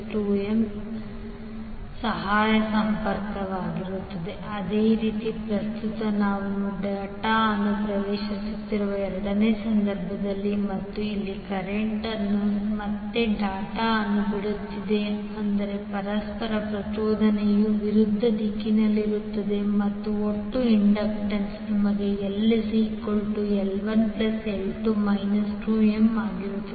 ಅದರ ಅರ್ಥ LL1L22M⇒Series ಸಹಾಯದ ಸಂಪರ್ಕ ಅದೇ ರೀತಿ ಪ್ರಸ್ತುತ ನಾನು ಡಾಟ್ ಅನ್ನು ಪ್ರವೇಶಿಸುತ್ತಿರುವ ಎರಡನೇ ಸಂದರ್ಭದಲ್ಲಿ ಮತ್ತು ಇಲ್ಲಿ ಕರೆಂಟ್ ನಾನು ಮತ್ತೆ ಡಾಟ್ ಅನ್ನು ಬಿಡುತ್ತಿದ್ದೇನೆ ಅಂದರೆ ಪರಸ್ಪರ ಪ್ರಚೋದನೆಯು ವಿರುದ್ಧ ದಿಕ್ಕಿನಲ್ಲಿರುತ್ತದೆ ಮತ್ತು ಒಟ್ಟು ಇಂಡಕ್ಟನ್ಸ್ ನಿಮಗೆ LL1L2 2M ಆಗಿರುತ್ತದೆ